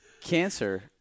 cancer